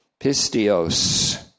pistios